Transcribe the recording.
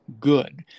good